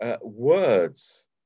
words